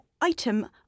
item